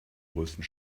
größten